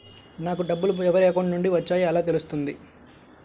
నాకు డబ్బులు ఎవరి అకౌంట్ నుండి వచ్చాయో ఎలా తెలుస్తుంది?